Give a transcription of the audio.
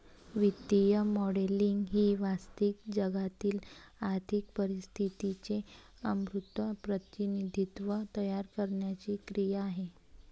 वित्तीय मॉडेलिंग ही वास्तविक जगातील आर्थिक परिस्थितीचे अमूर्त प्रतिनिधित्व तयार करण्याची क्रिया आहे